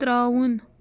ترٛاوُن